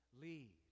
lead